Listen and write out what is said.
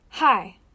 Hi